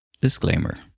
Disclaimer